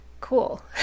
cool